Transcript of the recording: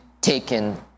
taken